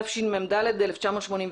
התשמ"ד-1984,